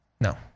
no